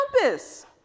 compass